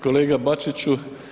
Kolega Bačiću.